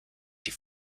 die